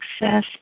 success